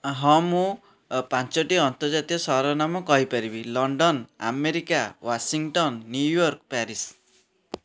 ହଁ ମୁଁ ପାଞ୍ଚଟି ଆନ୍ତର୍ଜାତୀୟ ସହରର ନାମ କହିପାରିବି London America Washington New York Paris